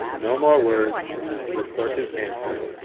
no more words the clerk is answered.